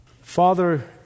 Father